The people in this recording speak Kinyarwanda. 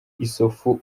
issoufou